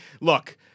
Look